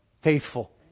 Faithful